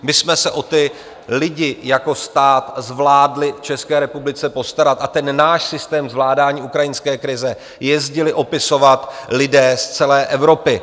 My jsme se o ty lidi zvládli v České republice postarat a náš systém zvládání ukrajinské krize jezdili opisovat lidé z celé Evropy.